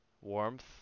warmth